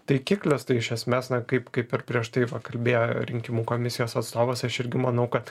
taikikliuos tai iš esmės na kaip kaip ir prieš tai va kalbėjo rinkimų komisijos atstovas aš irgi manau kad